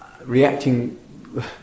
reacting